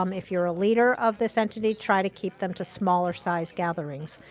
um if you're a leader of this entity, try to keep them to smaller size gatherings.